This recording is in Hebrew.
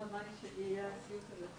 לעניין סכום התשלום